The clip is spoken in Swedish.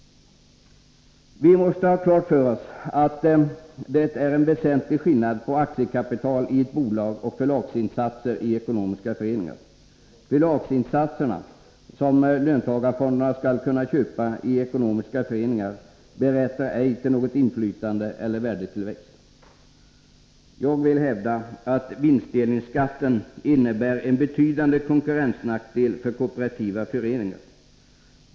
Vi måste ha klart för oss att det är en väsentlig skillnad på aktiekapital i ett bolag och förlagsinsatser i ekonomiska föreningar. Förlagsinsatserna som löntagarfonderna skall kunna köpa i ekonomiska föreningar berättigar ej till något inflytande eller någon värdetillväxt. Jag vill hävda att vinstdelningsskatten innebär en betydande konkurrensnackdel för kooperativa föreningar.